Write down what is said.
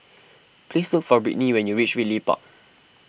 please look for Brittney when you reach Ridley Park